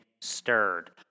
stirred